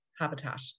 habitat